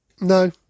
No